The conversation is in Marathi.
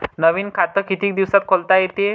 नवीन खात कितीक दिसात खोलता येते?